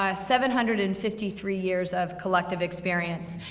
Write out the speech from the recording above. um seven hundred and fifty three years of collective experience.